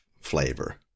flavor